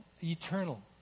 eternal